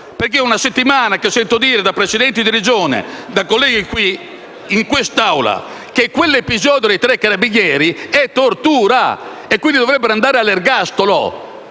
perché è una settimana che sento dire da Presidenti di Regione e da colleghi in quest'Aula che quell'episodio dei tre carabinieri è tortura, quindi dovrebbero andare all'ergastolo.